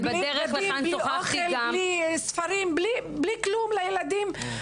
בלי אוכל, בלי ספרים, בלי כלום לילדים.